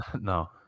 No